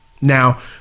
Now